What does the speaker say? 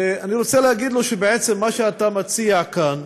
ואני רוצה להגיד לו: בעצם מה שאתה מציע כאן